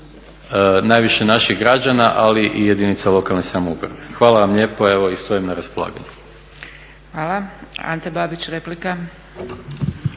najviše naših građana ali i jedinica lokalne samouprave. Hvala vam lijepo, evo i stojim na raspolaganju. **Zgrebec, Dragica